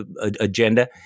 agenda